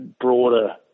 broader